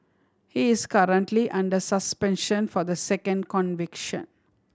he is currently under suspension for the second conviction